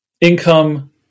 income